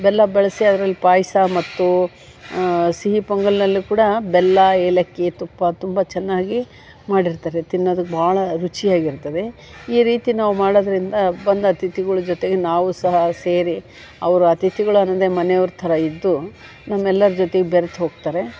ಬೆಲ್ಲ ಬಳಸಿ ಅದ್ರಲ್ಲಿ ಪಾಯಸ ಮತ್ತು ಸಿಹಿ ಪೊಂಗಲ್ನಲ್ಲೂ ಕೂಡ ಬೆಲ್ಲ ಏಲಕ್ಕಿ ತುಪ್ಪ ತುಂಬ ಚೆನ್ನಾಗಿ ಮಾಡಿರ್ತಾರೆ ತಿನ್ನೋದಕ್ಕೆ ಭಾಳ ರುಚಿಯಾಗಿರ್ತದೆ ಈ ರೀತಿ ನಾವು ಮಾಡೋದರಿಂದ ಬಂದ ಅಥಿತಿಗಳ ಜೊತೆಗೆ ನಾವೂ ಸಹ ಸೇರಿ ಅವರು ಅಥಿತಿಗಳು ಅಂದರೆ ಮನೆಯವ್ರ ಥರ ಇದ್ದು ನಮ್ಮೆಲ್ಲರ ಜೊತೆಗ್ ಬೆರ್ತು ಹೋಗ್ತಾರೆ